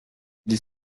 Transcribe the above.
ils